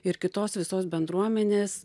ir kitos visos bendruomenės